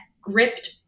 gripped